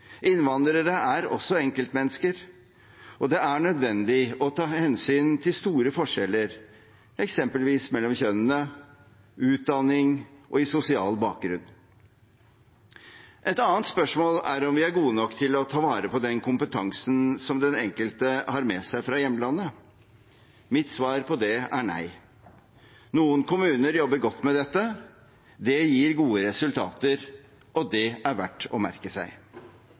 Innvandrere er også enkeltmennesker, og det er nødvendig å ta hensyn til store forskjeller – eksempelvis mellom kjønnene, i utdanning og i sosial bakgrunn. Et annet spørsmål er om vi er gode nok til å ta vare på den kompetansen som den enkelte har med seg fra hjemlandet. Mitt svar på det er nei. Noen kommuner jobber godt med dette. Det gir gode resultater, og det er verdt å merke seg.